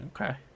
Okay